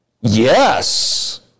Yes